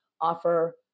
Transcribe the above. offer